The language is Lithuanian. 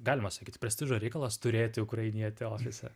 galima sakyt prestižo reikalas turėti ukrainietį ofise